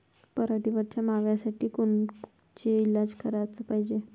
पराटीवरच्या माव्यासाठी कोनचे इलाज कराच पायजे?